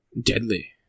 deadly